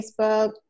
Facebook